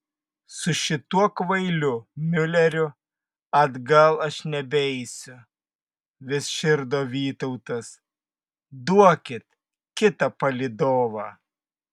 su šituo kvailiu miuleriu atgal aš nebeisiu vis širdo vytautas duokit kitą palydovą